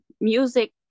music